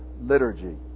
liturgy